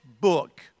book